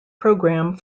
programme